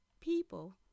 people